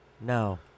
No